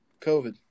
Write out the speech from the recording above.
COVID